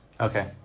Okay